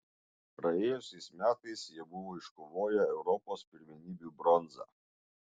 praėjusiais metais jie buvo iškovoję europos pirmenybių bronzą